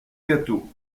gâteau